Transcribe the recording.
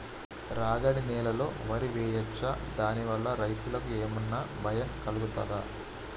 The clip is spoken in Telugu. రాగడి నేలలో వరి వేయచ్చా దాని వల్ల రైతులకు ఏమన్నా భయం కలుగుతదా?